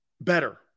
better